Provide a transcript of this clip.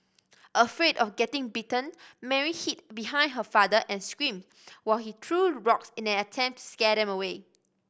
afraid of getting bitten Mary hid behind her father and screamed while he threw rocks in an attempt to scare them away